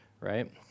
right